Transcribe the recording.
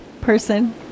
person